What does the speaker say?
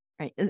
right